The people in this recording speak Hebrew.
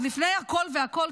עוד לפני הכול והכול,